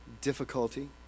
difficulty